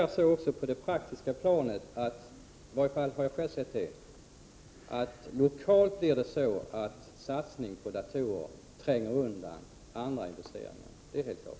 På det praktiska planet är det tyvärr på det sättet — i varje fall har jag upplevt att det är så — att lokala satsningar på datorer gör att andra investeringar får stå tillbaka.